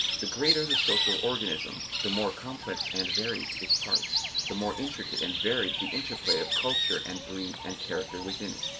the greater the social organism the more complex and varied its parts, the more intricate and varied the interplay of culture and breed and character within it.